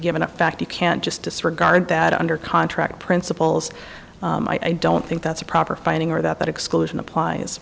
given a fact you can't just disregard that under contract principles i don't think that's a proper finding or that exclusion applies